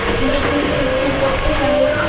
but make them think that, you know,